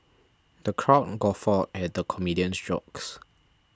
the crowd guffawed at the comedian's jokes